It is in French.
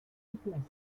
déplacements